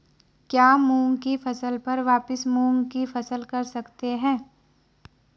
क्या मूंग की फसल पर वापिस मूंग की फसल कर सकते हैं?